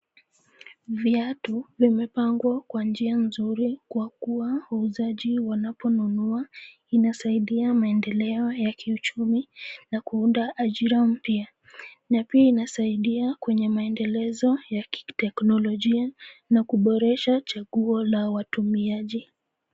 Viatu vimepangwa kwa njia nzuri kwa kua wauzaji wanaponunua. Inasaidia maendeleo ya kiuchumi na kuunda ajira mpya. Na pia inasaidia kwenye maendelezo ya kiteknologia na kuboresha chaguo la watumiaji.